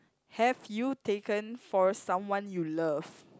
have you taken for someone you love